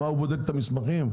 הוא בודק את המסמכים?